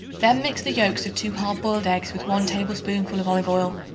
then mix the yolks of two hard-boiled eggs with one tablespoonful of olive-oil.